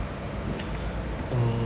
mm